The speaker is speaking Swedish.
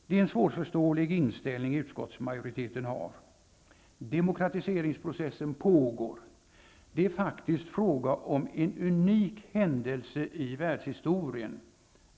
Det är en svårförståelig inställning utskottsmajoriteten har. Demokratiseringsprocessen pågår. Det är faktiskt fråga om en unik händelse i världshistorien.